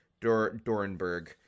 Dorenberg